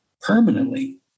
permanently